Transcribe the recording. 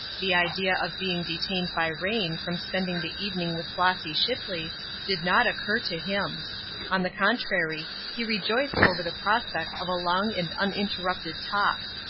the idea of being detained by rain from spending the evening with flossy shipley did not occur to him on the contrary, he rejoiced over the prospect of a long and uninterrupted talk.